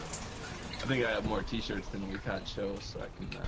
i think i have more t-shirts than we've had shows so i can